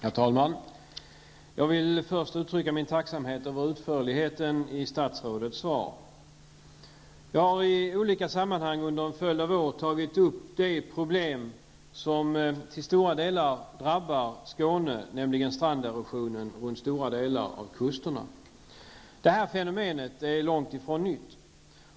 Herr talman! Jag vill först uttrycka min tacksamhet över utförligheten i statsrådets svar. Jag har i olika sammanhang under en följd av år tagit upp de problem som till stora delar drabbar Skåne, nämligen stranderosionen runt stora delar av kusterna. Fenomenet är långt ifrån nytt.